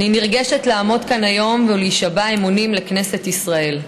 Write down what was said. אני נרגשת לעמוד כאן היום ולהישבע אמונים לכנסת ישראל.